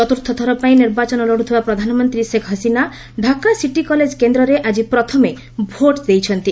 ଚତୁର୍ଥଥର ପାଇଁ ନିର୍ବାଚନ ଲଢ଼ୁଥିବା ପ୍ରଧାନମନ୍ତ୍ରୀ ଶେଖ୍ ହାସିନା ଢାକା ସିଟି କଲେଜ୍ କେନ୍ଦ୍ରରେ ଆଜି ପ୍ରଥମେ ଭୋଟ୍ ଦେଇଛନ୍ତି